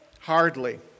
Hardly